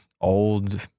old